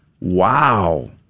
Wow